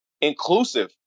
inclusive